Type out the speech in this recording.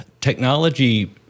technology